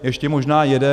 Ještě možná jeden.